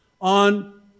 on